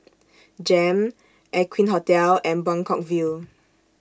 Jem Aqueen Hotel and Buangkok View